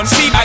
See